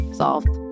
solved